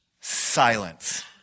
silence